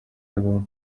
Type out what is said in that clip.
году